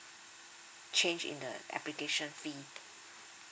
change in the application fee